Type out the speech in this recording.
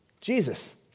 Jesus